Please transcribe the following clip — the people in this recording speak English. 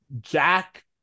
jack